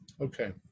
Okay